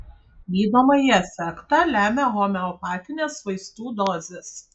gydomąjį efektą lemia homeopatinės vaistų dozės